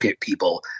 people